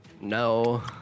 no